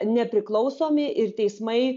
nepriklausomi ir teismai